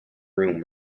room